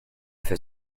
fait